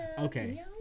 Okay